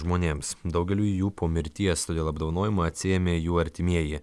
žmonėms daugeliui jų po mirties todėl apdovanojimą atsiėmė jų artimieji